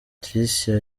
tricia